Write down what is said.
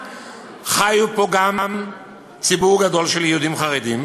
חי פה גם ציבור גדול של יהודים חרדים,